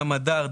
ים אדר,